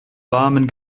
warmen